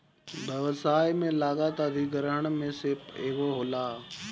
व्यवसाय में लागत अधिग्रहण में से एगो होला